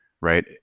right